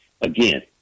Again